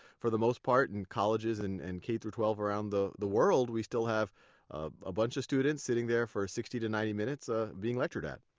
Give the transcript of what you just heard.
for the most part, in colleges and and k through twelve around the the world, we still have a bunch of students sitting there for sixty ninety minutes ah being lectured at.